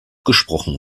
gesprochen